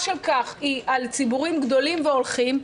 של כך היא על ציבורים גדולים והולכים,